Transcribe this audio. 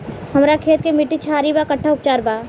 हमर खेत के मिट्टी क्षारीय बा कट्ठा उपचार बा?